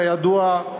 כידוע,